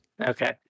Okay